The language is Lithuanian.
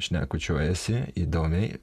šnekučiuojasi įdomiai